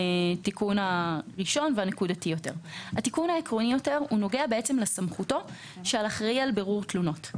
התיקון העקרוני יותר נוגע לסמכותו של אחראי על בירור תלונות,